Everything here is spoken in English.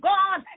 God